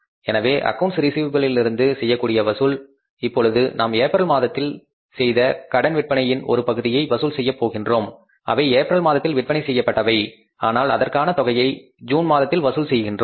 எனவே அக்கவுண்ட்ஸ் ரிஸீவபிளிலிருந்து செய்யக்கூடிய வசூல் இப்பொழுது நாம் ஏப்ரல் மாதத்தில் செய்த கடன் விற்பனையின் ஒரு பகுதியை வசூல் செய்ய போகின்றோம் அவை ஏப்ரல் மாதத்தில் விற்பனை செய்யப்பட்டவை ஆனால் அதற்கான தொகையை ஜூன் மாதத்தில் வசூல் செய்கின்றோம்